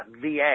VA